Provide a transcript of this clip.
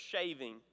shaving